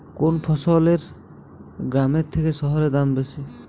কোন ফসলের গ্রামের থেকে শহরে দাম বেশি?